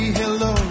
hello